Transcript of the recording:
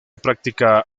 práctica